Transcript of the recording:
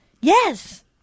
Yes